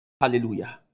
Hallelujah